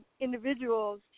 individuals